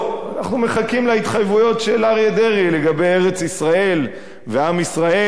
אנחנו מחכים להתחייבויות של אריה דרעי לגבי ארץ-ישראל ועם ישראל,